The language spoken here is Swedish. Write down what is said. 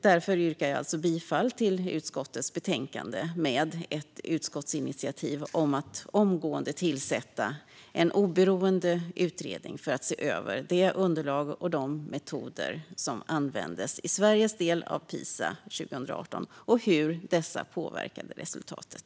Därför yrkar jag bifall till utskottets förslag med ett utskottsinitiativ om att omgående tillsätta en oberoende utredning för att se över det underlag och de metoder som användes i Sveriges del av PISA 2018 och hur dessa påverkade resultatet.